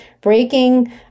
breaking